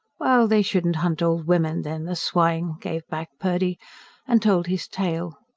well, they shouldn't hunt old women, then the swine! gave back purdy and told his tale.